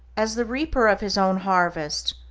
as the reaper of his own harvest,